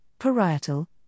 parietal